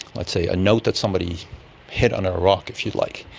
let's say a note that somebody hid under a rock, if you like.